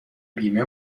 بیمه